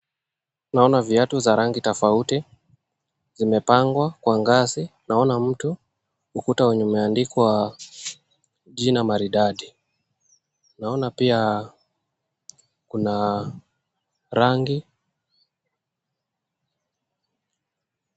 Naona viatu za rangi tofauti zimepangwa kwa ngazi. Naona mtu. Ukuta wenye umeandikwa jina maridadi. Naona pia kuna rangi.